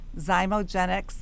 Zymogenics